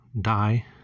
die